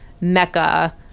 mecca